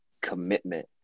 commitment